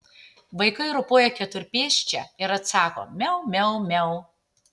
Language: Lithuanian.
vaikai ropoja keturpėsčia ir atsako miau miau miau